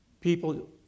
people